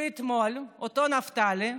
ואתמול אותו נפתלי,